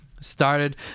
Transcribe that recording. started